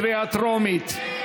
קריאה טרומית.